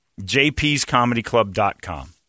jpscomedyclub.com